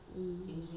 mm